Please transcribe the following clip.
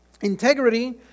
integrity